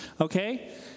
okay